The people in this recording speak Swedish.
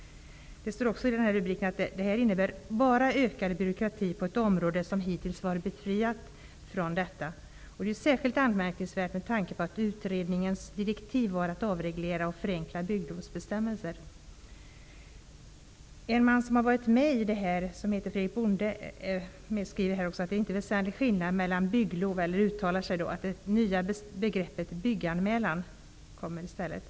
Det står också i artikeln: ''Det här innebär bara ökad byråkrati på ett område som hittills varit befriat från detta. Det är särskilt anmärkningsvärt med tanke på att utredningens direktiv var att avreglera och förenkla bygglovsbestämmelserna.'' Bonde, säger enligt artikeln att det inte är någon väsentlig skillnad mellan bygglov och det nya begreppet ''bygganmälan'' som kommer i stället.